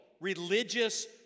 religious